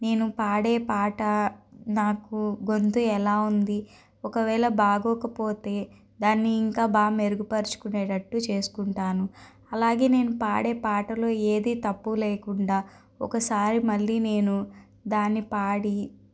నేను పాడే పాట నాకు గొంతు ఎలా ఉంది ఒకవేళ బాగోకపోతే దాన్ని ఇంకా బాగా మెరుగుపరుచుకునేటట్టు చేసుకుంటాను అలాగే నేను పాడే పాటలు ఏది తప్పు లేకుండా ఒకసారి మళ్ళీ నేను దాని పాడి